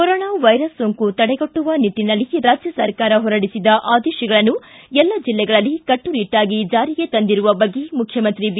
corona virus ಸೋಂಕು ತಡೆಗಟ್ಟುವ ನಿಟ್ಟಿನಲ್ಲಿ ರಾಜ್ಯ ಸರ್ಕಾರ ಹೊರಡಿಸಿದ ಆದೇಶಗಳನ್ನು ಎಲ್ಲ ಜಿಲ್ಲೆಗಳಲ್ಲಿ ಕಟ್ಟುನಿಟ್ಟಾಗಿ ಜಾರಿಗೆ ತಂದಿರುವ ಬಗ್ಗೆ ಮುಖ್ಯಮಂತ್ರಿ ಬಿ